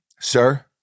sir